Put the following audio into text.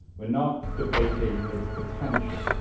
we're not debating its potential.